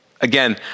Again